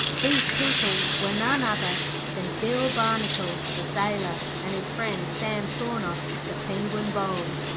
these people were none other than bill barnacle, the sailor, and his friend, sam sawnoff, the penguin bold.